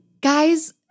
Guys